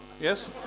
Yes